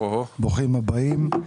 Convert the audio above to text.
ברוכים הבאים.